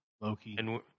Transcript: Loki